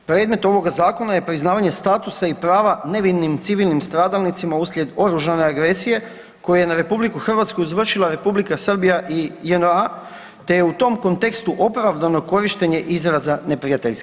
Predmet ovoga zakona je priznavanje statusa i prava nevinim civilnim stradalnicima uslijed oružane agresije koju je na RH izvršila Republika Srbija i JNA te je u tom kontekstu opravdano korištenje izraza neprijateljskih.